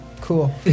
Cool